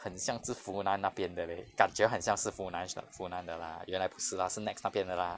很像是 funan 那边的 leh 感觉很像是 funan sh~ funan 的 lah 原来不是 lah 是 NEX 那边的 lah